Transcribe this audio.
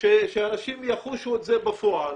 שאנשים יחושו את זה בפועל,